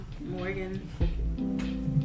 Morgan